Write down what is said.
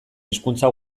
hizkuntza